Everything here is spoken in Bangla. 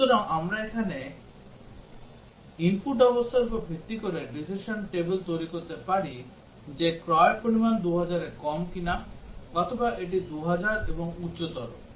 সুতরাং আমরা এখানে input অবস্থার উপর ভিত্তি করে decision table তৈরি করতে পারি যে ক্রয়ের পরিমাণ 2000 এর কম কিনা অথবা এটি 2000 এবং উচ্চতর